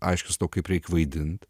aiškins tau kaip reik vaidinti